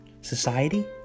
Society